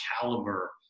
caliber